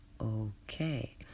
Okay